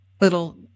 little